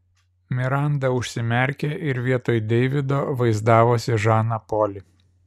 miranda užsimerkė ir vietoj deivido vaizdavosi žaną polį